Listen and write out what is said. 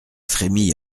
frémis